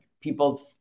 People